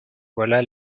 voilà